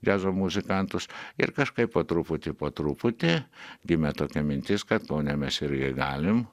džiazo muzikantus ir kažkaip po truputį po truputį gimė tokia mintis kad kaune mes irgi galim